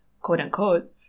quote-unquote